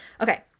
Okay